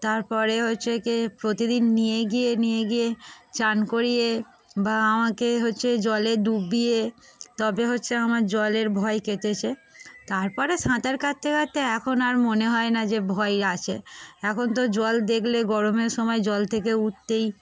তারপরে হচ্ছে গিয়ে প্রতিদিন নিয়ে গিয়ে নিয়ে গিয়ে চান করিয়ে বা আমাকে হচ্ছে জলে ডুবিয়ে তবে হচ্ছে আমার জলের ভয় কেটেছে তারপরে সাঁতার কাটতে কাঁটতে এখন আর মনে হয় না যে ভয় আছে এখন তো জল দেখলে গরমের সময় জল থেকে উঠতেই